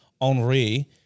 Henri